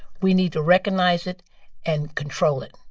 we need to recognize it and control it,